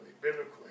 biblically